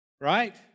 right